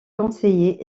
conseillers